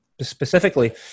specifically